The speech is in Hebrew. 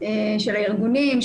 של הארגונים,